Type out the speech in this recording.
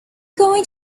going